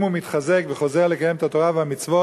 אם הוא מתחזק וחוזר לקיים את התורה והמצוות,